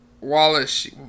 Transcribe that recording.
Wallace